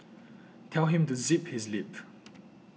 tell him to zip his lip